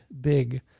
big